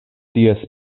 ties